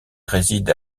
réside